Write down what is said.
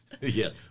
Yes